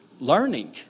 learning